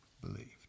believed